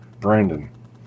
Brandon